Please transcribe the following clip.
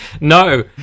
No